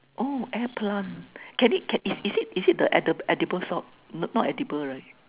oh air plant can it is it is it the edible edible sort not edible right